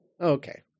okay